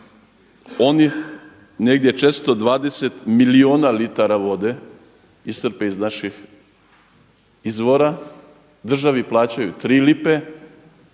Oni negdje 420 milijuna litara vode iscrpe iz naših izvora, državi plaćaju tri lipe,